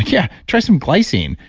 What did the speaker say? yeah, try some glycine,